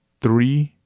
three